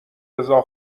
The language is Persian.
رضا